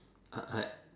I I